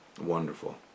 wonderful